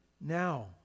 now